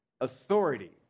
authority